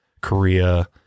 Korea